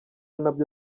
nabyo